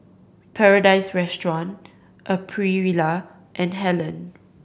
Paradise Restaurant Aprilia and Helen